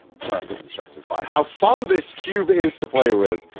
sorry. i'm getting distracted by how fun this cube is to play with.